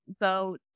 go